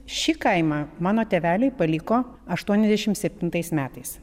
šį kaimą mano tėveliai paliko aštuoniasdešim septintais metais